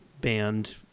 band